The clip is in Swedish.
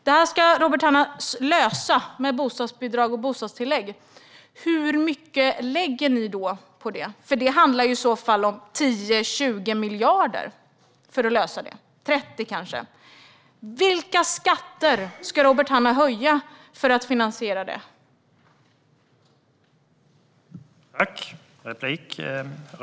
Detta ska Robert Hannah lösa med bostadsbidrag och bostadstillägg. Hur mycket lägger ni då på detta? Det handlar ju i så fall om 10-20 miljarder för att lösa den saken, kanske till och med 30 miljarder. Vilka skatter ska Robert Hannah höja för att finansiera detta?